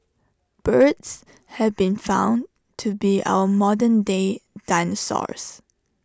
birds have been found to be our modern day dinosaurs